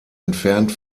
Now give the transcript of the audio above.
entfernt